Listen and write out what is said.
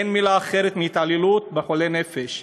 אין מילה אחרת מאשר התעללות, בחולי נפש.